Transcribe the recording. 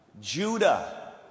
Judah